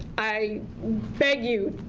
i beg you,